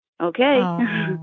okay